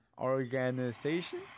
Organization